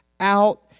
Out